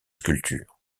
sculptures